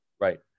right